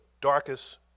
darkest